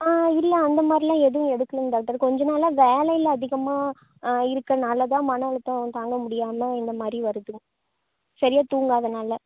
இல்லை அந்தமாதிரிலாம் எதுவும் எடுக்குலைங்க டாக்டர் கொஞ்சம் நாளாக வேலையில் அதிகமாக இருக்கிறதுனாலதான் மன அழுத்தம் தாங்க முடியாமல் இந்தமாதிரி வருது சரியாக தூங்காததினால